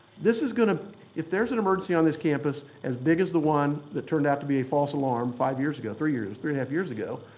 this is going to if there's an emergency on this campus as big as the one that turned out to be a false alarm five years ago, three years three and a half years ago,